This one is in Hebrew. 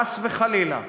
חס וחלילה,